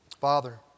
Father